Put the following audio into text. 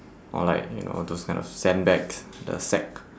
or like you know those kind of sandbags the sack